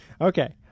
okay